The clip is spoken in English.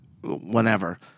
whenever